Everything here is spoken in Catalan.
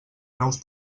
nous